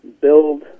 build